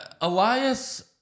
Elias